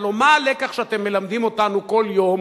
הלוא מה הלקח שאתם מלמדים אותנו כל יום,